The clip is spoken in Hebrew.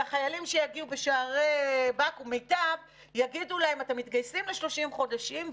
והחיילים שיגיעו בשערי מיט"ב יגידו להם: אתם מתגייסים ל-30 חודשים,